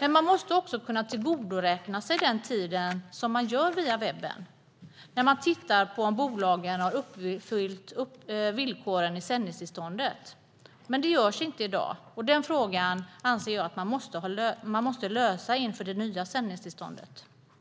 Men de måste också kunna tillgodoräkna sig den tid de sänder via webben när man tittar på om bolagen har uppfyllt villkoren i sändningstillstånden. Det görs inte i dag, och jag anser att man måste lösa denna fråga inför det nya sändningstillståndet.